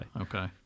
Okay